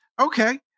okay